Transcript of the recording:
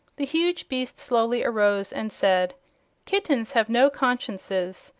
the huge beast slowly arose and said kittens have no consciences,